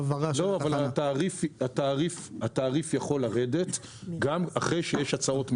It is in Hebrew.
התעריף יכול לרדת גם אחרי שיש הצעות מחיר.